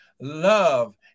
love